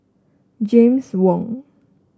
James Wong